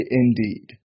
indeed